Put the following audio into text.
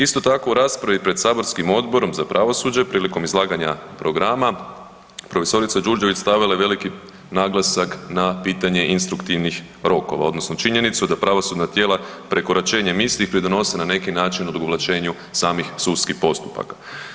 Isto tako, u raspravi pred saborskim Odborom za pravosuđe prilikom izlaganja programa prof. Đurđević stavila je veliki naglasak na pitanje instruktivnih rokova odnosno činjenicu da pravosudna tijela prekoračenjem istih pridonose na neki način odugovlačenju samih sudskih postupaka.